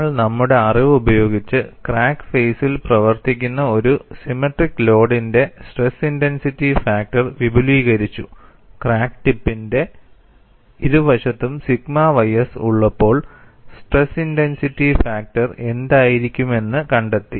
നമ്മൾ നമ്മുടെ അറിവ് ഉപയോഗിച്ചു ക്രാക്ക് ഫെയ്സിൽ പ്രവർത്തിക്കുന്ന ഒരു സിമെട്രിക്ക് ലോഡിന്റെ സ്ട്രെസ് ഇന്റൻസിറ്റി ഫാക്ടർ വിപുലീകരിച്ചു ക്രാക്ക് ടിപ്പിന്റെ ഇരുവശത്തും സിഗ്മ ys ഉള്ളപ്പോൾ സ്ട്രെസ് ഇന്റൻസിറ്റി ഫാക്ടർ എന്തായിരിക്കുമെന്ന് കണ്ടെത്തി